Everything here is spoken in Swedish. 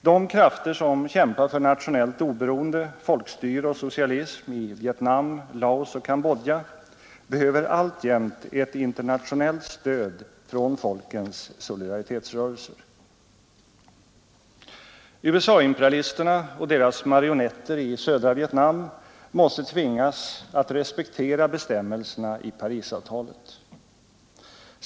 De krafter som kämpar för nationellt oberoende, folkstyre och socialism i Vietnam, Laos och Cambodja behöver alltjämt ett internationellt stöd från folkens solidaritetsrörelser. USA-imperialisterna och deras marionetter i södra Vietnam måste tvingas att respektera bestämmelserna i Parisavtalet.